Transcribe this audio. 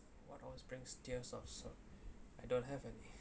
what always brings tears up so I don't have any